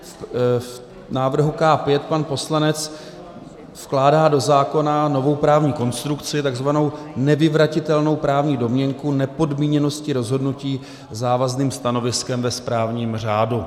V návrhu K5 pan poslanec vkládá do zákona novou právní konstrukci, tzv. nevyvratitelnou právní domněnku nepodmíněnosti rozhodnutí závazným stanoviskem ve správním řádu.